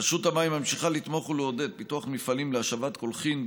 רשות המים ממשיכה לתמוך ולעודד פיתוח מפעלים להשבת קולחים,